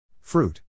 Fruit